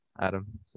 Adam